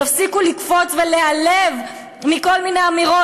תפסיקו לקפוץ ולהיעלב מכל מיני אמירות.